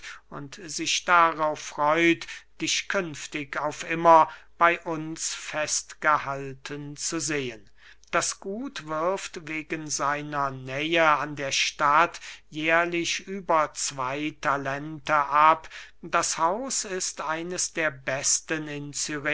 und sich darauf freut dich künftig auf immer bey uns festgehalten zu sehen das gut wirft wegen seiner nähe an der stadt jährlich über zwey talente ab das haus ist eines der besten in